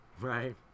right